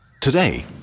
Today